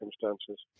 circumstances